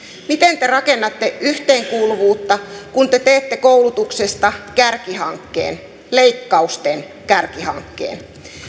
mitenkä rakennatte yhteenkuuluvuutta kun te teette koulutuksesta kärkihankkeen leikkausten kärkihankkeen